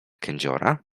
kędziora